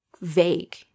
vague